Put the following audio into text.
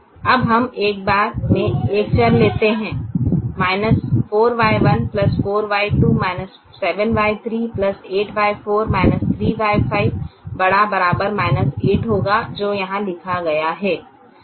अब हम एक बार में एक चर लेते हैं 4Y1 4Y2 7Y3 8Y4 3Y5 ≥ 8 होगा जो यहां लिखा गया है